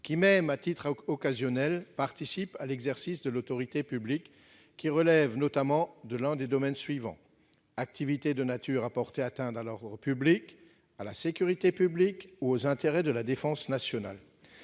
qui, même à titre occasionnel, participe à l'exercice de l'autorité publique relevant notamment de l'un des domaines suivants : activités de nature à porter atteinte à l'ordre public, à la sécurité publique ou aux intérêts de la défense nationale.